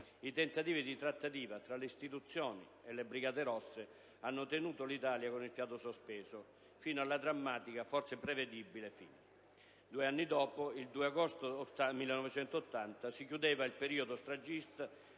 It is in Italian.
i tentativi di trattativa tra le istituzioni e le Brigate rosse hanno tenuto l'Italia con il fiato sospeso, fino alla drammatica, forse prevedibile, fine. Due anni dopo, il 2 agosto 1980, si chiudeva il periodo stragista